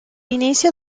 inicio